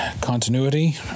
continuity